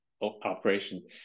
operation